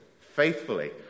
faithfully